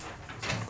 orh